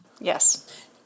Yes